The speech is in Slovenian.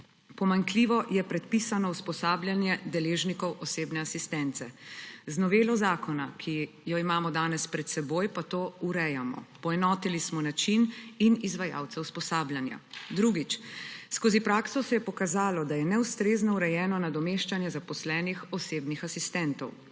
pomanjkljivo je predpisano usposabljanje deležnikov osebne asistence. Z novelo zakona, ki jo imamo danes pred seboj, pa to urejamo. Poenotili smo način in izvajalce usposabljanja. Drugič, skozi prakso se je pokazalo, da je neustrezno urejeno nadomeščanje zaposlenih osebnih asistentov.